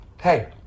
Hey